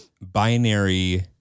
binary